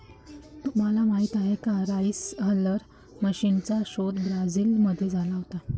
तुम्हाला माहीत आहे का राइस हलर मशीनचा शोध ब्राझील मध्ये लागला होता